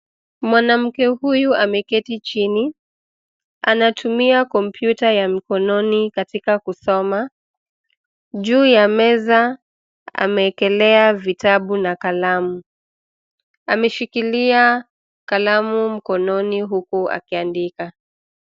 Mwanamke huyu ameketi chini, anatumia kompyuta ya mkononi katika kusoma. Juu ya meza ameekelea vitabu na kalamu. Ameshikilia kalamu mkononi huku akiandika.